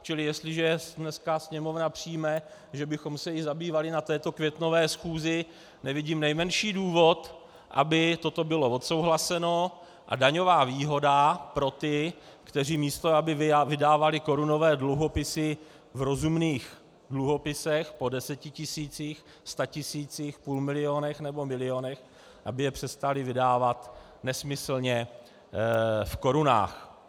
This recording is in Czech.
Čili jestliže dneska Sněmovna přijme, že bychom se jí zabývali na této květnové schůzi, nevidím nejmenší důvod, aby toto bylo odsouhlaseno a daňová výhoda pro ty, kteří místo aby vydávali korunové dluhopisy v rozumných dluhopisech po deseti tisících, sta tisících, půl milionech nebo milionech, aby je přestávali vydávat nesmyslně v korunách.